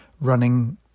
running